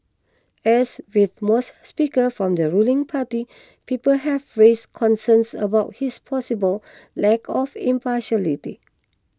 as with most Speakers from the ruling party people have raised concerns about his possible lack of impartiality